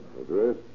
Address